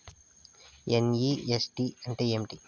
NEFT అంటే ఏమి